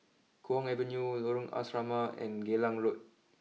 Kwong Avenue Lorong Asrama and Geylang Road